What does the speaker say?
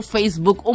Facebook